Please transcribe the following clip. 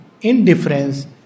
indifference